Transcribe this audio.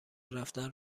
رفتن